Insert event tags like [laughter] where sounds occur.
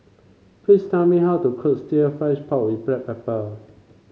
please tell me how to cook [unintelligible] fried pork with Black Pepper